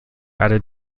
added